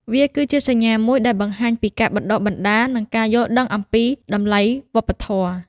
វាគឺជាសញ្ញាមួយដែលបង្ហាញពីការបណ្តុះបណ្តាល និងការយល់ដឹងអំពីតម្លៃវប្បធម៌។